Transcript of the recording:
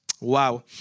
wow